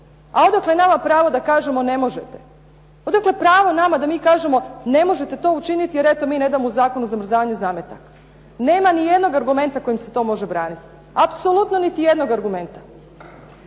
A odakle nama pravo da kažemo ne možete? Odakle pravo nama da mi kažemo ne možete to učiniti jer eto mi ne damo u zakonu zamrzavanje zametaka? Nema ni jednog argumenta kojim se to može braniti, apsolutno ni jednog argumenta.